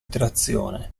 trazione